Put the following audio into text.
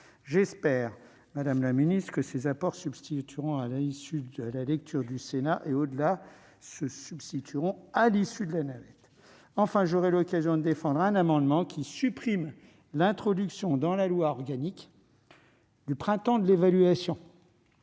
J'espère, madame la ministre, que ces apports subsisteront après la première lecture au Sénat et, au-delà, à l'issue de la navette. Enfin, j'aurai l'occasion de défendre un amendement tendant à supprimer l'introduction dans la loi organique du Printemps de l'évaluation